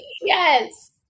Yes